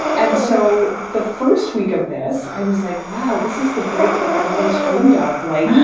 and so the first week of this, i was like, wow, this is the break that i've always dreamed ah of. like,